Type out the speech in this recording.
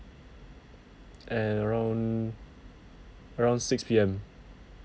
at around around six P_M